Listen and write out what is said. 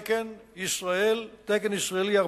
תקן ישראלי,